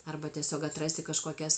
arba tiesiog atrasti kažkokias